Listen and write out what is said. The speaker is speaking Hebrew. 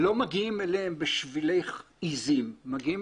לא מגיעים אליהן בשבילי עיזים אלא מגיעים